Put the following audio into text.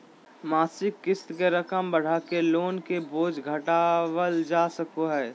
मासिक क़िस्त के रकम बढ़ाके लोन के बोझ घटावल जा सको हय